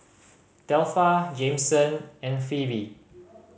Delpha Jameson and Phoebe